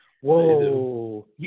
Whoa